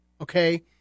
okay